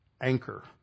anchor